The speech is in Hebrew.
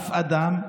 אף אדם,